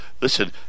listen